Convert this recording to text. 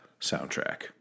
soundtrack